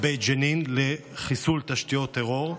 בג'נין לחיסול תשתיות טרור.